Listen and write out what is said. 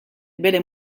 bere